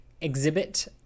Exhibit